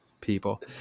people